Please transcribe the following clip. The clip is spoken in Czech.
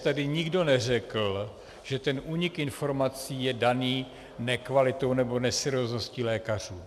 Tady nikdo neřekl, že únik informací je daný nekvalitou nebo neseriózností lékařů.